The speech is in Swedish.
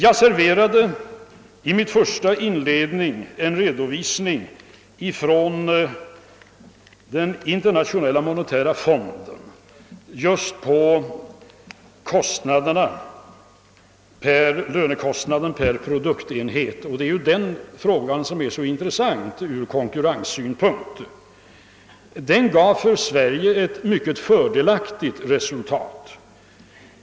I mitt inledningsanförande lämnade jag en redovisning, hämtad från Internationella monetära fonden, för lönekostnaden per produktenhet —- det är ju den saken som är intressant ur konkurrenssynpunkt. Denna redovisning gav ett för Sverige mycket fördelaktigt resultat.